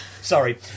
Sorry